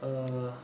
err